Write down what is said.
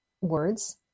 words